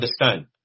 understand